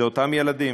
זה אותם ילדים.